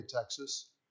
Texas